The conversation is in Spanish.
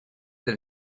del